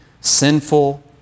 sinful